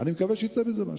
אני מקווה שיצא מזה משהו.